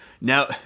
Now